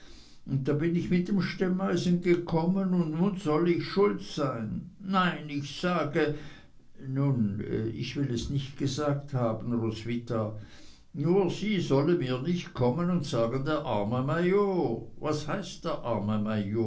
und da bin ich mit dem stemmeisen gekommen und nun soll ich schuld sein nein ich sage nun ich will es nicht gesagt haben roswitha nur sie sollen mir nicht kommen und sagen der arme major was heißt der arme